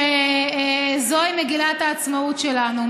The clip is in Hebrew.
שזוהי מגילת העצמאות שלנו,